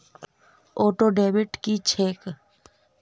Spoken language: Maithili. ऑटोडेबिट की छैक?